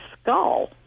skull